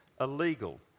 illegal